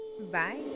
bye